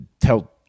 tell